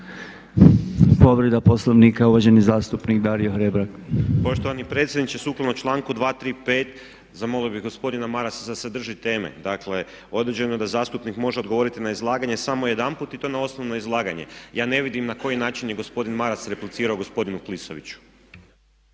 Povreda Poslovnika uvaženi zastupnik Dario Hrebak. **Hrebak, Dario (HSLS)** Poštovani predsjedniče sukladno članku 235 zamolio bih gospodina Marasa da se drži teme. Dakle određeno je da zastupnik može odgovoriti na izlaganje samo jedanput i to na osnovno izlaganje. Ja ne vidim na koji način je gospodin Maras replicirao gospodinu Klisoviću.